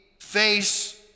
face